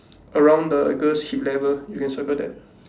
around the girl's hip level you can circle that